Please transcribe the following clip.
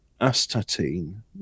astatine